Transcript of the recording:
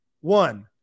One